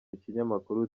ikinyamakuru